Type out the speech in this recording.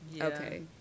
okay